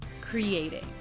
creating